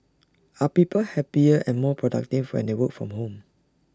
are people happier and more productive and they work from home